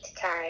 time